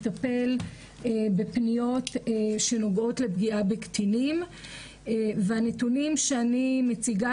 מטפל בפניות שנוגעות לפגיעה בקטינים והנתונים שאני מציגה